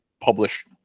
publish